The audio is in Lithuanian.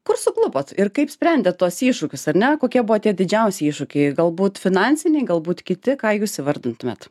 kur suklupot ir kaip sprendėt tuos iššūkius ar ne kokie buvo tie didžiausi iššūkiai galbūt finansiniai galbūt kiti ką jūs įvardintumėt